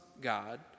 God